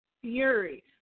Fury